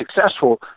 successful